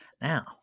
Now